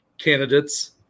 candidates